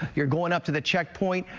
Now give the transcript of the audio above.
you're going up to the check point.